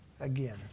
again